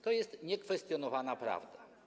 To jest niekwestionowana prawda.